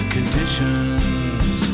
Conditions